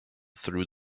through